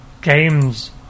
games